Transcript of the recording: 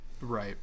Right